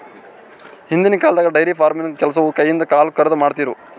ಹಿಂದಿನ್ ಕಾಲ್ದಾಗ dairy farming ಕೆಲಸವು ಕೈಯಿಂದ ಹಾಲುಕರೆದು, ಮಾಡ್ತಿರು